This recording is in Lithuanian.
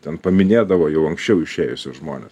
ten paminėdavo jau anksčiau išėjusius žmones